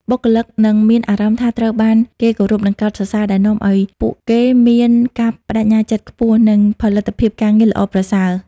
បុគ្គលិកនឹងមានអារម្មណ៍ថាត្រូវបានគេគោរព និងកោតសរសើរ ដែលនាំឱ្យពួកគេមាន ការប្ដេជ្ញាចិត្តខ្ពស់ និង ផលិតភាពការងារល្អប្រសើរ។